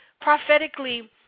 Prophetically